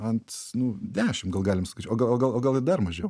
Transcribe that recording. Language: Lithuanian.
ant nu dešim gal galim sakyt o gal o gal o gal ir dar mažiau